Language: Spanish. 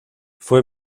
fue